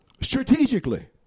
strategically